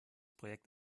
projekt